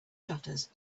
shutters